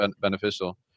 beneficial